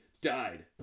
died